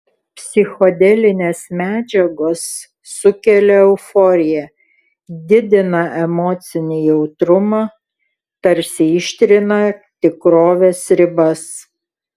psichodelinės medžiagos sukelia euforiją didina emocinį jautrumą tarsi ištrina tikrovės ribas